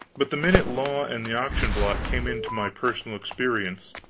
but the minute law and the auction block came into my personal experience,